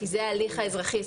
כי זה ההליך האזרחי,